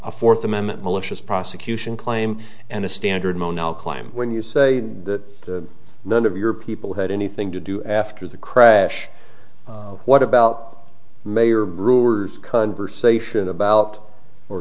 a fourth amendment malicious prosecution claim and a standard mo now claim when you say that none of your people had anything to do after the crash what about mayor brewer's conversation